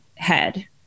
head